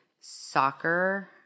soccer